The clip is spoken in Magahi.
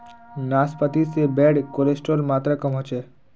नाश्पाती से बैड कोलेस्ट्रोल मात्र कम होचे